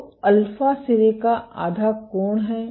तो अल्फा सिरे का आधा कोण है